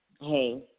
hey